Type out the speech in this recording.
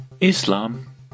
Islam